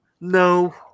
no